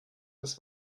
des